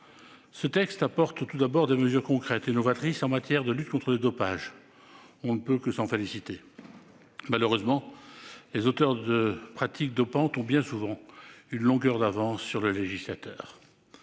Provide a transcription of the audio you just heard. Ce texte contient tout d'abord des mesures concrètes et novatrices en matière de lutte contre le dopage. On ne peut que s'en féliciter. Malheureusement, les auteurs de pratiques dopantes ont bien souvent une longueur d'avance sur le législateur.